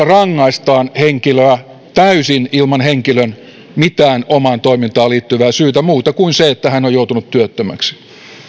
rangaistaan henkilöä täysin ilman henkilön mitään omaan toimintaan liittyvää syytä muuta kuin että hän on joutunut työttömäksi